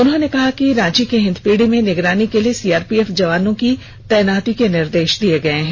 उन्होंने कहा कि रांची के हिन्दपीढ़ी में निगरानी के लिए सीआरपीएफ जवानों की तैनाती के निर्देश दिये गये हैं